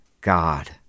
God